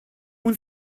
اون